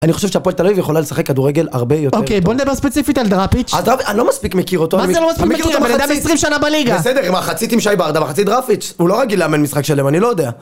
אני חושב שפועל תל אביב יכולה לשחק כדורגל הרבה יותר טוב. אוקיי, בוא נדבר ספציפית על דראפיץ'. אני לא מספיק מכיר אותו. מה זה לא מספיק מכיר? הבן אדם עשרים שנה בליגה. בסדר עם מחצית עם שי ברדה מחצית דרפיץ'. הוא לא רגיל לאמן משחק שלם אני לא יודע